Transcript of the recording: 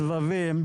באחד הסבבים,